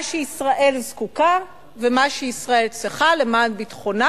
מה שישראל זקוקה ומה שישראל צריכה למען ביטחונה